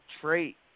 trait